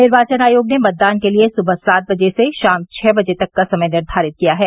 निर्वाचन आयोग ने मतदान के लिये सुबह सात बजे से शाम छह बजे तक का समय निर्घारित किया है